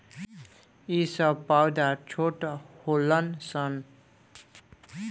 ई सब पौधा छोट होलन सन